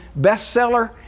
bestseller